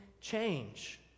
change